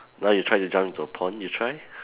now you try to jump into a pond you try